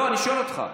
לא, אני שואל אותך.